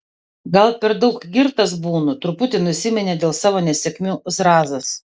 gal per daug girtas būnu truputi nusiminė dėl savo nesėkmių zrazas